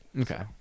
Okay